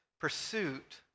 pursuit